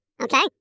Okay